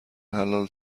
حلال